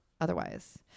otherwise